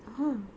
oh